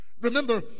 Remember